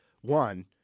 one